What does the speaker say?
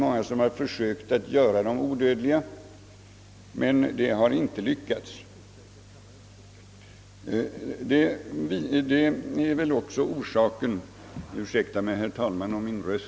Många har försökt göra dem odödliga, men det har inte lyckats.